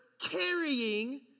carrying